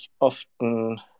often